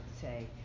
say